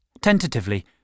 Tentatively